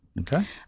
Okay